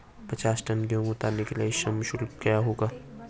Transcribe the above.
पचास टन गेहूँ उतारने के लिए श्रम शुल्क क्या होगा?